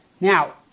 now